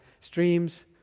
streams